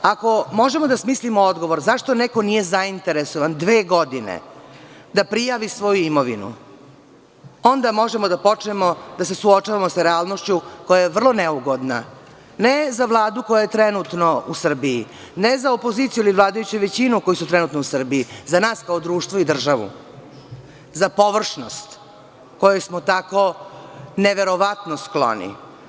Ako možemo da smislimo odgovor zašto neko nije zainteresovan, dve godine, da prijavi svoju imovinu, onda možemo da počnemo da se suočavamo sa realnošću koja je vrlo neugodna, ne za Vladu koja je trenutno u Srbiji, ne za opoziciju ili vladajuću većinu koji su trenutno u Srbiju, već za nas kao društvo i državu, za površnost kojoj smo tako neverovatno skloni.